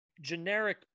generic